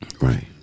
Right